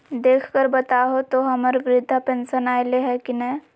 देख कर बताहो तो, हम्मर बृद्धा पेंसन आयले है की नय?